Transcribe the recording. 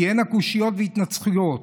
תהיינה קושיות והתנצחויות,